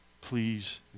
please